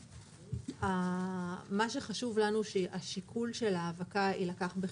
מה שחשוב לנו זה שהשיקול של האבקה יילקח בחשבון.